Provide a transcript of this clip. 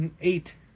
eight